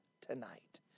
tonight